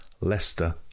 Leicester